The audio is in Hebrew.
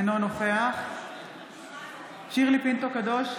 אינו נוכח שירלי פינטו קדוש,